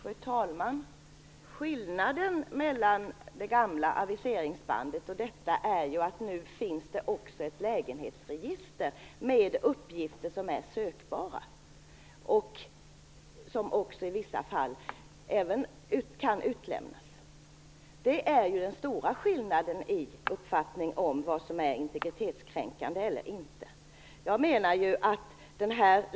Fru talman! Skillnaden mellan det gamla aviseringssystemet och detta är att det nu finns också ett lägenhetsregister med uppgifter som är sökbara och som i vissa fall även kan utlämnas. Det är den stora skillnaden i uppfattningen om vad som är integritetskränkande eller inte.